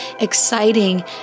exciting